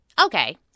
Okay